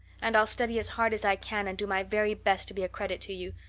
and i'll study as hard as i can and do my very best to be a credit to you.